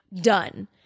done